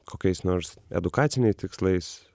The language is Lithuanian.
kokiais nors edukaciniais tikslais